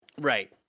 Right